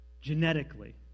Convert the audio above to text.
genetically